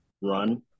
run